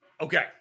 Okay